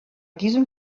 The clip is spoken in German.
diesem